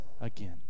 again